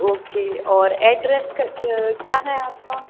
okay और address क क्या है आपका